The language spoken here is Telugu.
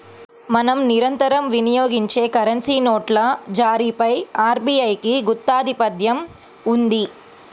మనం నిరంతరం వినియోగించే కరెన్సీ నోట్ల జారీపై ఆర్బీఐకి గుత్తాధిపత్యం ఉంది